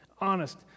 Honest